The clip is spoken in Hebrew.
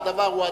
הדבר הוא הדדי.